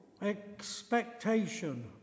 expectation